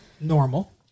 normal